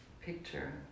picture